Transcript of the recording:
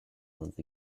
month